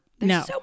no